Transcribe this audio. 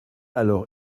alors